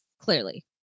clearly